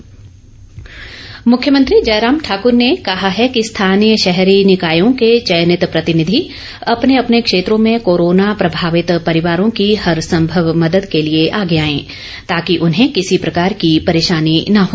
मुख्यमंत्री मुख्यमंत्री जयराम ठाकुर ने कहा है कि स्थानीय शहरी निकायों के चयनित प्रतिनिधि अपने अपने क्षेत्रों में कोरोना प्रभावित परिवारों की हर संभव मदद के लिए आगे आए ताकि उन्हें किसी प्रकार की परेशानी न हो